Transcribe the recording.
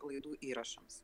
laidų įrašams